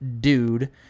dude